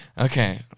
Okay